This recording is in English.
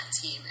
team